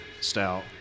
Stout